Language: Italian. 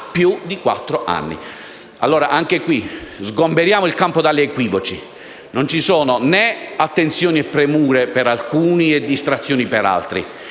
più di quattro anni. Anche qui, sgomberiamo il campo dagli equivoci; non ci sono attenzioni e premure per alcuni e distrazioni per altri.